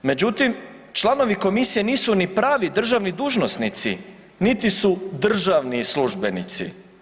Međutim, članovi komisije nisu ni pravi državni dužnosnici, niti su državni službenici.